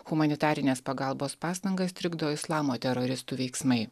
humanitarinės pagalbos pastangas trikdo islamo teroristų veiksmai